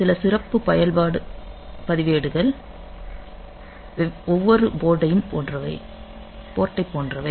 சில சிறப்பு செயல்பாட்டு பதிவேடுகள் ஒவ்வொரு போர்ட்டைப் போன்றவை